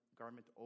garment